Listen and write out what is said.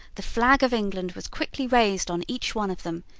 the flag of england was quickly raised on each one of them,